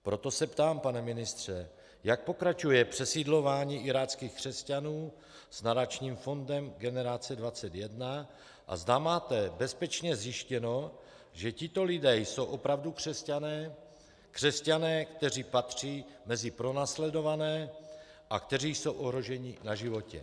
Proto se ptám, pane ministře, jak pokračuje přesídlování iráckých křesťanů s Nadačním fondem Generace 21 a zda máte bezpečně zjištěno, že tito lidé jsou opravdu křesťané, křesťané, kteří patří mezi pronásledované a kteří jsou ohroženi na životě.